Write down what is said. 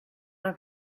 una